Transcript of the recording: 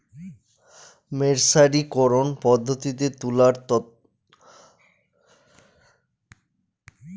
মের্সারিকরন পদ্ধতিতে তুলার তন্তুতে কৃত্রিম উপায়ে ডাইয়ের আসক্তি বাড়ানো হয়